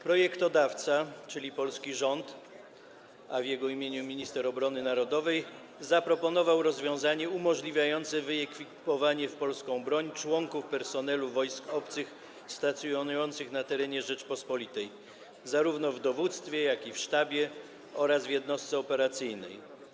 Projektodawca, czyli polski rząd, a w jego imieniu minister obrony narodowej, zaproponował rozwiązanie umożliwiające wyekwipowanie w polską broń członków personelu wojsk obcych stacjonujących na terenie Rzeczypospolitej, zarówno w dowództwie, jak i w sztabie oraz w jednostce operacyjnej.